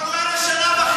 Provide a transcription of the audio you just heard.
אבל הוא היה לשנה וחצי.